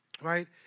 right